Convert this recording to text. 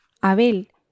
Abel